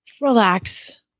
relax